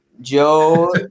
Joe